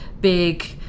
big